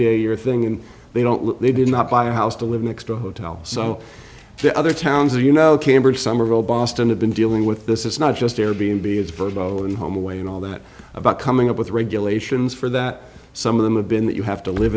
day year thing and they don't they did not buy a house to live next to a hotel so the other towns are you know cambridge summerville boston have been dealing with this it's not just air b n b it's bird and home away and all that about coming up with regulations for that some of them have been that you have to live